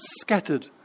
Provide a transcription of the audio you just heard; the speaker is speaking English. scattered